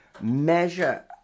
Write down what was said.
measure